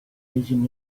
asian